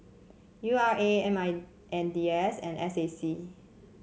U R A M I N D S and S A C